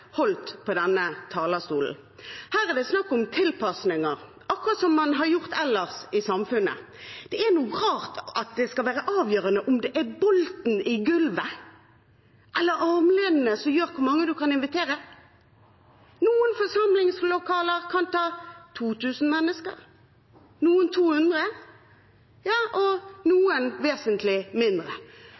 holdt på denne talerstolen. Her er det snakk om tilpasninger, akkurat som man har gjort ellers i samfunnet. Det er rart om bolten i gulvet eller armlenene skal være avgjørende for hvor mange man kan invitere. Noen forsamlingslokaler kan ta 2 000 mennesker, noen 200 og noen vesentlig